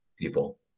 people